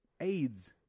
aids